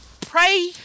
pray